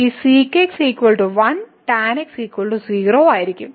ഈ sec x 1 tan x 0 ആയിരിക്കും